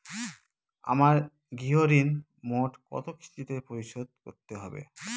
আমার গৃহঋণ মোট কত কিস্তিতে পরিশোধ করতে হবে?